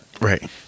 Right